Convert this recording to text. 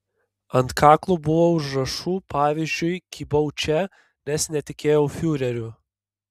ant kaklų buvo užrašų pavyzdžiui kybau čia nes netikėjau fiureriu